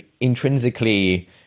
intrinsically